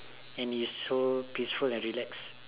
and it's so peaceful and relax